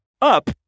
up